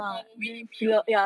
orh will we eat meat or not